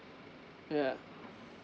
yeah